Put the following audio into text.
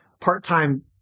part-time